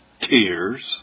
tears